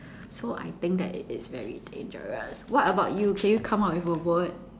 so I think that it is very dangerous what about you can you come out with a word